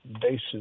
basis